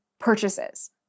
purchases